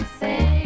say